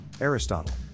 Aristotle